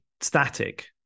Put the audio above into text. static